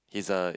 he is a